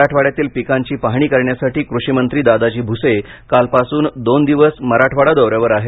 मराठवाड्यातील पिकांची पाहणी करण्यासाठी कृषिमंत्री दादाजी भुसे कालपासून दोन दिवस मराठवाडा दौऱ्यावर आहेत